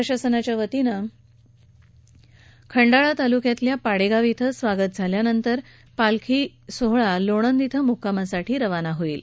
प्रशासनाच्या वतीनं खंडाळा तालुक्यातल्या पाडेगाव श्री स्वागत झाल्यानंतर पालखी सोहळा लोणद श्री मुक्कामासाठी रवाना होईल